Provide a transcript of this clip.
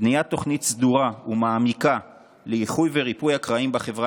בניית תוכנית סדורה ומעמיקה לאיחוי וריפוי הקרעים בחברה